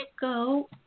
go